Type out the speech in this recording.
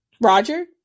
Roger